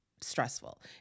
stressful